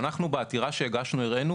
אנחנו בעתירה שהגשנו הראינו